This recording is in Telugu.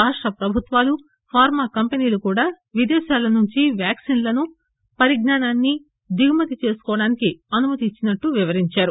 రాష్ట ప్రభుత్వాలు ఫార్మా కంపెనీలు కూడా విదేశాలనుంచి వ్యాక్పిన్లను పరిజ్ఞానాన్ని దిగుమతి చేసుకునేందుకు అనుమతి ఇచ్చినట్లు వివరించారు